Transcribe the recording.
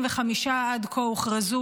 מהם 45 עד כה הוכרזו: